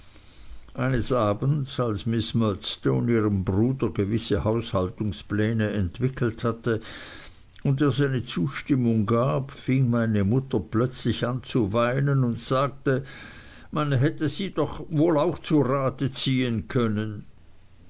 eines abends als miß murdstone ihrem bruder gewisse haushaltungspläne entwickelt hatte und er seine zustimmung gab fing meine mutter plötzlich an zu weinen und sagte man hätte sie doch wohl auch zu rate ziehen können